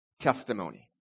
testimony